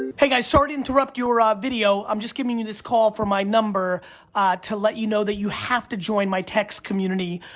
hey, guys, sorry to interrupt your ah video. i'm just giving you this call from my number to let you know that you have to join my text community.